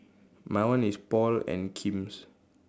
my one is Paul and Kim's